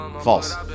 False